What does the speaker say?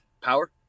Power